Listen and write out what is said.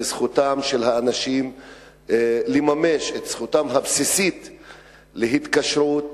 וזכותם של האנשים לממש את זכותם הבסיסית להתקשרות,